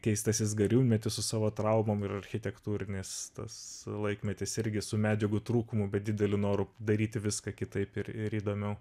keistasis gariūnmetis su savo traumom ir architektūrinis tas laikmetis irgi su medžiagų trūkumu bet dideliu noru daryti viską kitaip ir ir įdomiau